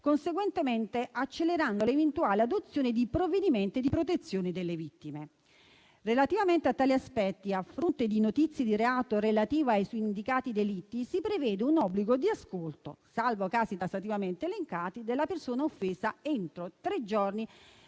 conseguentemente accelerando l'eventuale adozione di provvedimenti di protezione delle vittime. Relativamente a tali aspetti, a fronte di notizie di reato relative ai suindicati delitti, si prevede un obbligo di ascolto, salvo casi tassativamente elencati, della persona offesa entro tre giorni